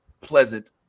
pleasant